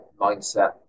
mindset